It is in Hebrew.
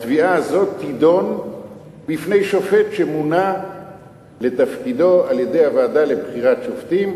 התביעה הזו תידון בפני שופט שמונה לתפקידו על-ידי הוועדה לבחירת שופטים,